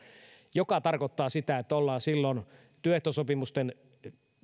mikä tarkoittaa sitä että ollaan silloin työehtosopimusten